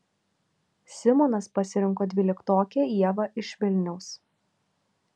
simonas pasirinko dvyliktokę ievą iš vilniaus